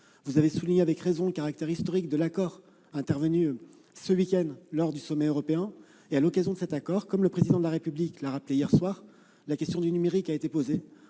Vous avez souligné avec raison le caractère historique de l'accord intervenu ce week-end lors du sommet européen. À l'occasion de la négociation de cet accord, le Président de la République l'a rappelé hier soir, la question du numérique a été posée.